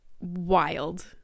wild